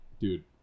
dude